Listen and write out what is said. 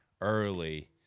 early